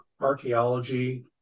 archaeology